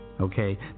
okay